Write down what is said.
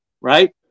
right